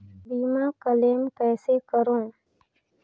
बीमा क्लेम कइसे करों?